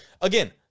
Again